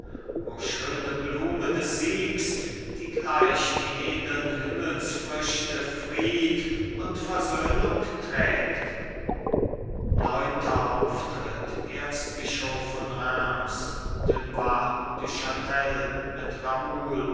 o schöne blume des siegs die gleich die edeln himmelsfrüchte fried und versöhnung trägt neunter auftritt erzbischof von reims dunois du chatel mit raoul